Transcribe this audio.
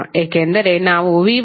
ಏಕೆಂದರೆ ನಾವು v1